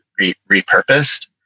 repurposed